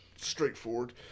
Straightforward